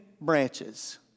branches